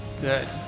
Good